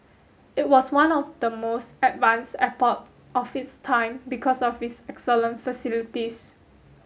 it was one of the most advanced airport of its time because of its excellent facilities